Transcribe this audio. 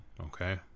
okay